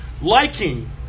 liking